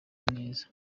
neza